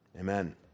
Amen